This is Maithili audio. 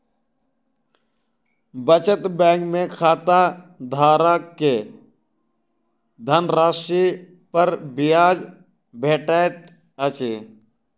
बचत बैंक में खाताधारक के धनराशि पर ब्याज भेटैत अछि